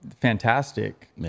fantastic